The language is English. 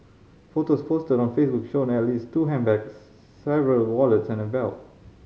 photos posted on Facebook showed at least two handbags several wallets and a belt